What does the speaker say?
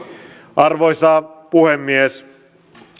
arvoisa puhemies